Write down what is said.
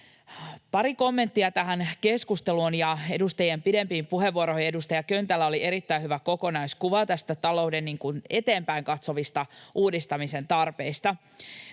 Pari kommenttia tähän keskusteluun ja edustajien pidempiin puheenvuoroihin. Edustaja Köntällä oli erittäin hyvä kokonaiskuva talouden eteenpäin katsovista uudistamisen tarpeista.